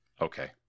okay